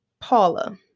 Paula